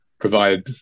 provide